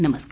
नमस्कार